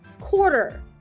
quarter